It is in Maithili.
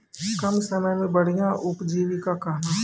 कम समय मे बढ़िया उपजीविका कहना?